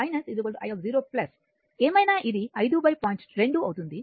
2 అవుతుంది